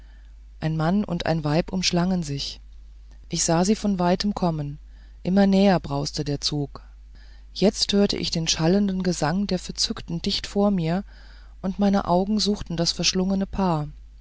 ein mann und ein weib umschlangen sich ich sah sie von weitem kommen und immer näher brauste der zug jetzt hörte ich den hallenden gesang der verzückten dicht vor mir und meine augen suchten das verschlungene paar